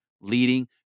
leading